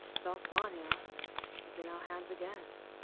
velsvania is in our hands again,